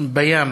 בים